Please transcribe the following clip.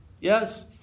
yes